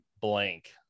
blank